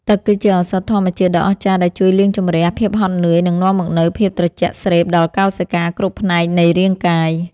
ទឹកគឺជាឱសថធម្មជាតិដ៏អស្ចារ្យដែលជួយលាងជម្រះភាពហត់នឿយនិងនាំមកនូវភាពត្រជាក់ស្រេបដល់កោសិកាគ្រប់ផ្នែកនៃរាងកាយ។